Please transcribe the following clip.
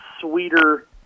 sweeter